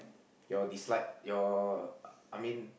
your dislike your I mean